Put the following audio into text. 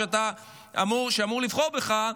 שאמור לבחור בך,